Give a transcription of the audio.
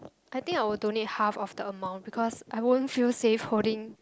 I think I will donate half of the amount because I won't feel safe holding